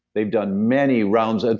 they've done many rounds. ah